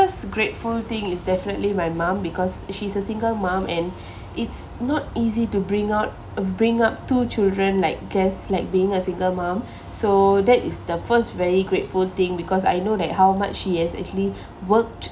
grateful thing is definitely my mom because she's a single mom and it's not easy to bring out bring up two children like just like being a single mom so that is the first very grateful thing because I know that how much she has actually worked